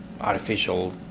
artificial